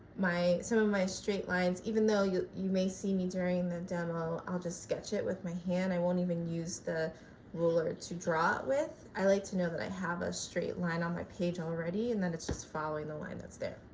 my some of my straight lines, even though you you may see me during the demo i'll just sketch it with my hand i won't even use the ruler to draw it with. i like to know that i have a straight line on my page already and then it's just following the line that's there.